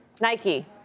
Nike